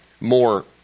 more